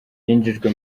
yinjijwe